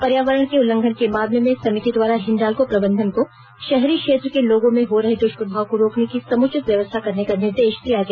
पर्यावरण के उल्लंघन के मामले में समिति द्वारा हिंडाल्को प्रबंधन को शहरी क्षेत्र के लोगो में हो रहे दुष्प्रभाव को रोकने की समुचित व्यवस्था करने का निर्देश दिया गया